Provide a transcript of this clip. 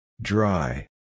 Dry